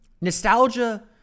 Nostalgia